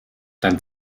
dein